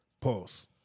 pause